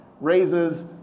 raises